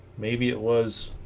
maybe it was